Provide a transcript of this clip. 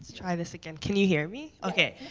try this again. can you hear me okay.